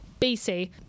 bc